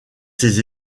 ses